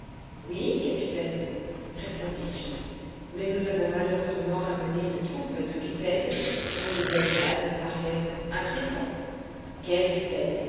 oui capitaine répondis-je mais nous avons malheureusement ramené une troupe de bipèdes dont le voisinage me paraît inquiétant quels bipèdes